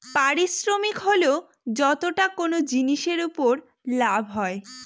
পারিশ্রমিক হল যতটা কোনো জিনিসের উপর লাভ হয়